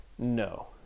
No